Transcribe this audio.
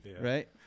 Right